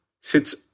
sits